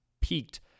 peaked